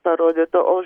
parodyta o